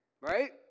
right